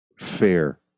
fair